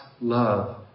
love